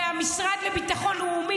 המשרד לביטחון לאומי,